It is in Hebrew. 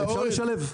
אפשר לשלב.